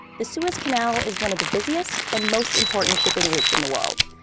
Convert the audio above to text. the suez canal is one of the busiest and most important shipping routes in the world.